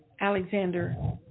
Alexander